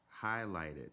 highlighted